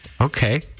Okay